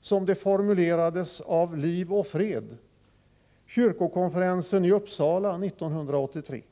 som det formulerades av Liv och Fred — kyrkokonferensen i Uppsala år 1983.